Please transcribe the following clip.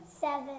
Seven